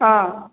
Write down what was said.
ହଁ